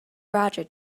roger